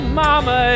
mama